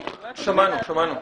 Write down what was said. שמענו, שמענו.